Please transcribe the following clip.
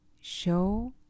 show